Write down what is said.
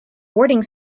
boarding